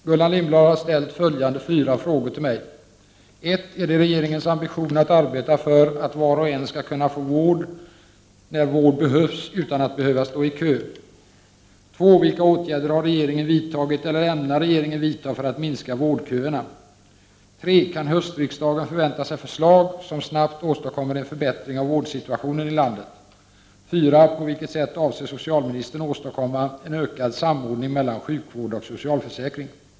Fru talman! Gullan Lindblad har ställt följande fyra frågor till mig. 1. Är det regeringens ambition att arbeta för att var och en skall kunna få vård när vård behövs utan att behöva stå i kö? 3. Kan höstriksdagen förvänta sig förslag som snabbt åstadkommer en förbättring av vårdsituationen i landet?